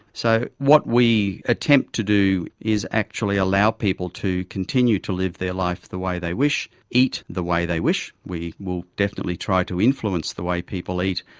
so what we attempt to do is actually allow people to continue to live their life the way they wish, eat the way they wish. we will definitely try to influence the way people eat,